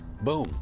boom